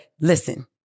listen